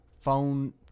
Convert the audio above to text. phone